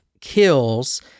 kills